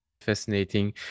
Fascinating